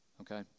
Okay